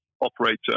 operator